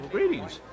Greetings